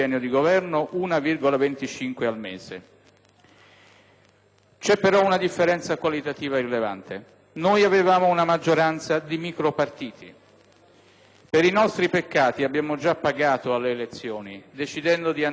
C'è poi una differenza qualitativa rilevante: noi avevamo una maggioranza di micropartiti. Per i nostri peccati abbiamo già pagato alle elezioni decidendo di andare con una linea diversa, non più di coalizioni litigiose.